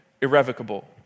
irrevocable